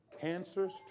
cancers